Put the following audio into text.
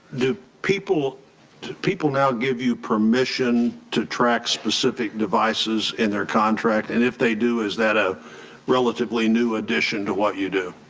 do people people now give you permission to track specific devices in their contract and if they do is that a relatively new addition to what you do?